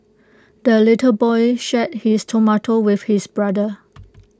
the little boy shared his tomato with his brother